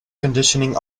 conditioning